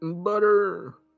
Butter